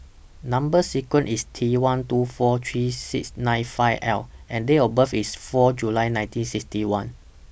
Number sequence IS T one two four three six nine five L and Date of birth IS four July nineteen sixty one